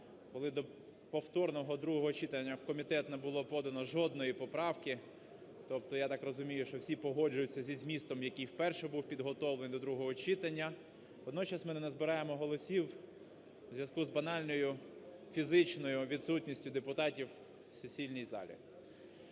коли до повторного другого читання в комітет не було подано жодної поправки. Тобто я так розумію, що всі погоджуються зі змістом, який вперше був підготовлений до другого читання. Водночас ми не назбираємо голосів у зв'язку з банальною фізичною відсутністю депутатів в сесійній залі.